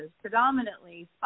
predominantly